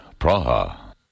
Praha